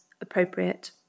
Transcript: appropriate